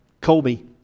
Colby